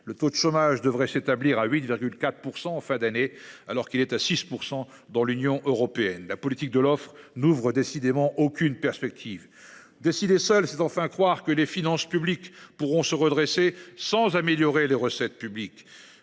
Le taux de chômage devrait s’établir à 8,4 % en fin d’année, alors qu’il est à 6 % dans l’Union européenne. La politique de l’offre n’ouvre décidément aucune perspective. Décider seul, c’est croire, enfin, que les finances publiques pourront se redresser sans améliorer les recettes publiques.